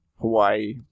Hawaii